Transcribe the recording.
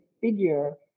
figure